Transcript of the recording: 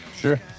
Sure